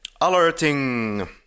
alerting